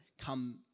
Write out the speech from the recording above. come